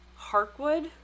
Harkwood